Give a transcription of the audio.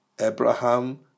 Abraham